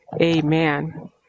amen